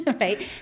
right